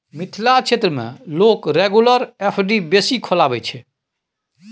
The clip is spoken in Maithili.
मिथिला क्षेत्र मे लोक रेगुलर एफ.डी बेसी खोलबाबै छै